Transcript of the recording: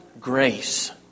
grace